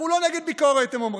אנחנו לא נגד ביקורת, הם אומרים,